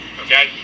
Okay